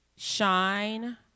Shine